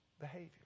behavior